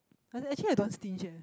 like that actually I don't stinge eh